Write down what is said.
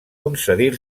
concedir